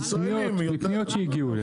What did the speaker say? מפניות שהגיעו אלינו.